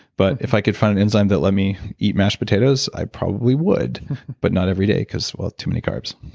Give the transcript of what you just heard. but if i could find an enzyme that'll let me eat mashed potatoes, i probably would but not every day cause. well, too many carbs